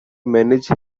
manage